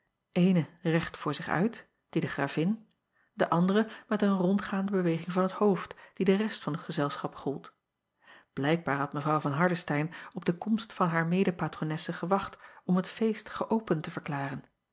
eene recht voor zich uit die de ravin de andere met een rondgaande beweging van t hoofd die de rest van t gezelschap gold lijkbaar had w van ardestein op de komst van haar medepatronesse gewacht om het feest geöpend te verklaren